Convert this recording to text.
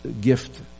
gift